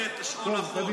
תעשה את שעון החול,